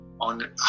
on